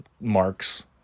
marks